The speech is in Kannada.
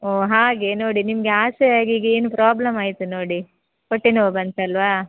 ಓ ಹಾಗೆ ನೋಡಿ ನಿಮಗೆ ಆಸೆ ಆಗಿ ಈಗ ಏನು ಪ್ರಾಬ್ಲಮ್ ಆಯಿತು ನೋಡಿ ಹೊಟ್ಟೆನೋವು ಬಂತಲ್ಲವಾ